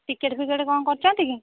ticket ଫିକେଟ୍ କ'ଣ କରୁଛନ୍ତି କି